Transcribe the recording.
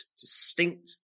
distinct